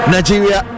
Nigeria